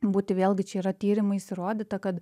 būti vėlgi čia yra tyrimais įrodyta kad